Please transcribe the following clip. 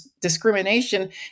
discrimination